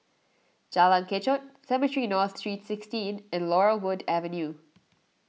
Jalan Kechot Cemetry North Saint sixteen and Laurel Wood Avenue